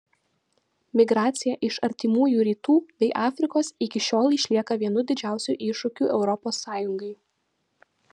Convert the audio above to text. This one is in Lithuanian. migracija iš artimųjų rytų bei afrikos iki šiol išlieka vienu didžiausių iššūkių europos sąjungai